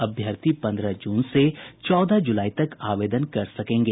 अभ्यर्थी पंद्रह जून से चौदह जुलाई तक आवेदन कर सकेंगे